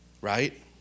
right